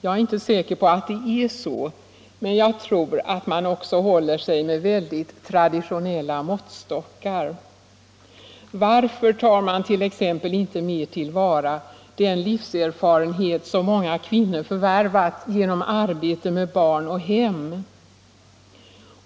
Jag är inte säker på att det är så, men jag tror att man också håller sig med väldigt traditionella måttstockar. Varför tar man t.ex. inte mer till vara den livserfarenhet som kvinnor förvärvat genom arbete med barn och hem?